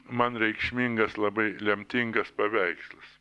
man reikšmingas labai lemtingas paveikslas